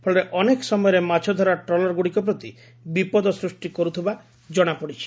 ଫଳରେ ଅନେକ ସମୟରେ ମାଛ ଧରା ଟ୍ରଲରଗୁଡିକ ପ୍ରତି ବିପଦ ସୂଷ୍କ କରୁଥିବା ଜଣାପଡିଛି